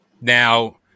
Now